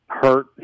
hurt